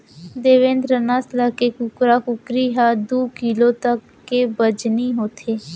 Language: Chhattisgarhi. देवेन्द नसल के कुकरा कुकरी ह दू किलो तक के बजनी होथे